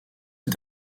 est